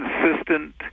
consistent